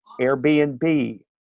Airbnb